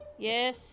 Yes